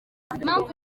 impamvu